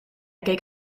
keek